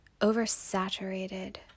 oversaturated